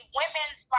women's